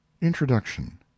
Introduction